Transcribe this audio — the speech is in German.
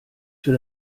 für